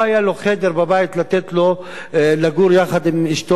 בבית לתת לו לגור יחד עם אשתו הטרייה,